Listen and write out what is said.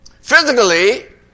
Physically